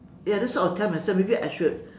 ya that's what I will tell myself maybe I should